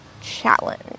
challenge